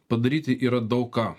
padaryti yra daug ką